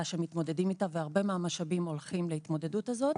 שמתמודדים איתה והרבה מהמשאבים הולכים להתמודדות הזאת.